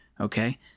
Okay